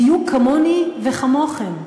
בדיוק כמוני וכמוכם.